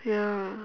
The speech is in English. ya